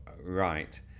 right